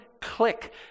click